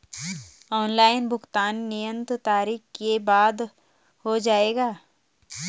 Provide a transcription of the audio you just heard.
Online भुगतान नियत तारीख के बाद हो जाएगा?